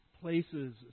places